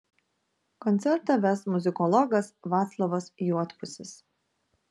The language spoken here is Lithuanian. koncertą ves muzikologas vaclovas juodpusis